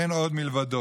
אין עוד מלבדו.